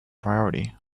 priority